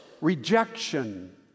Rejection